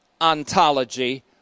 ontology